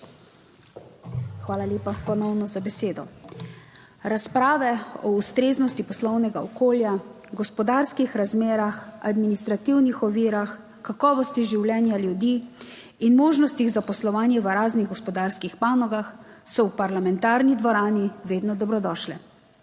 Hvala lepa ponovno za besedo. Razprave o ustreznosti poslovnega okolja, gospodarskih razmerah, administrativnih ovirah, kakovosti življenja ljudi in možnostih za poslovanje v raznih gospodarskih panogah so v parlamentarni dvorani vedno dobrodošle.